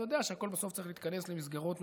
ויודע שהכול בסוף צריך להתכנס למסגרות מסודרות,